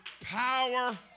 power